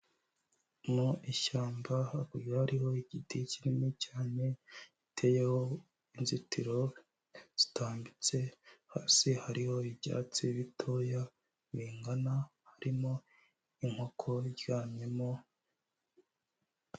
Mu ishyamba hakurya hariho igiti kinini cyane giteyeho inzitiro zitambitse, hasi hariho ibyatsi bitoya bingana, harimo inkoko iryamyemo.